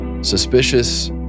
Suspicious